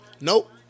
Nope